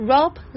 Rope